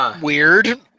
weird